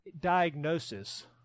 diagnosis